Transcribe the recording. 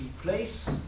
place